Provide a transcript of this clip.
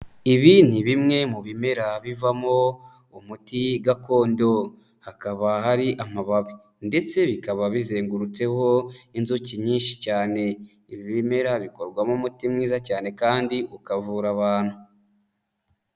Ibi ni bimwe mu bimera bivamo umuti gakondo, hakaba hari amababi ndetse bikaba bizengurutseho inzuki nyinshi cyane, ibimera bikorwamo umuti mwiza cyane kandi ukavura abantu.